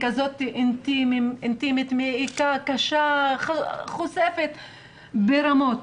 הבדיקה כזאת אינטימית, מעיקה, קשה, חושפנית ברמות.